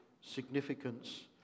significance